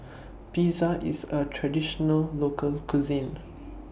Pizza IS A Traditional Local Cuisine